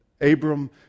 Abram